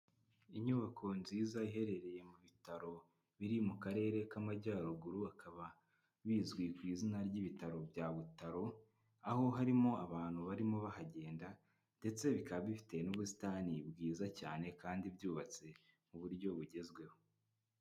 Inyubako nziza iherereye mu bitaro biri mu karere k'amajyaruguru, akaba bizwi ku izina ry'ibitaro bya Butaro; aho harimo abantu barimo bahagenda ndetse bikaba bifite n'ubusitani bwiza cyane, kandi byubatse mu buryo bugezweho.